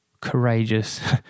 courageous